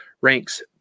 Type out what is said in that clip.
ranks